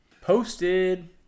Posted